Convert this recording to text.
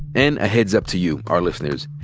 and a heads-up to you, our listeners.